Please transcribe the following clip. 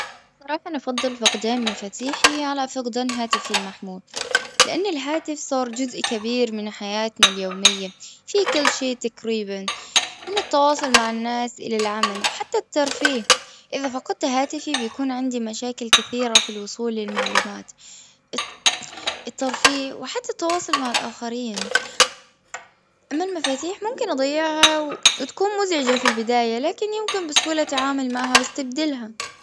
بصراحة أنا أفضل فقدان مفاتيحي على فقدان هاتفي المحمول. لأن الهاتف صار جزء كبير من حياتنا اليومية. في كل شي تقريبا من التواصل مع الناس إلي العمل حتى الترفيه. إذا فقدت هاتفي بيكون عندي مشاكل كثيرة في الوصول للمعلومات. الت-الترفيه وحتي التواصل مع الآخرين. أما المفاتيح ممكن أضيعها وتكون مزعجة في البداية لكن يمكن بسهولة التعامل معها وأستبدلها.